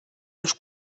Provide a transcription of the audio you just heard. los